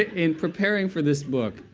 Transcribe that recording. in preparing for this book,